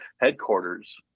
headquarters